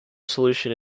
solution